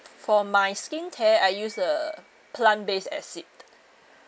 for my skincare I use a plant based acid